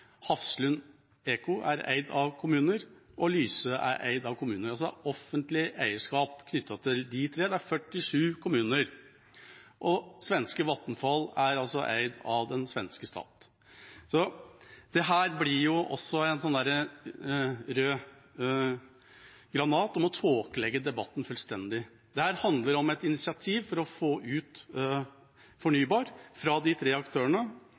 Hafslund E-CO er eid av kommuner, og Lyse er eid av kommuner – altså offentlig eierskap knyttet til de tre. Det er 47 kommuner. Og svenske Vattenfall er eid av den svenske stat. Så dette blir også en rød granat for å tåkelegge debatten fullstendig. Dette handler om et initiativ for å få ut fornybar energi fra de fire aktørene,